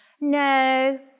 no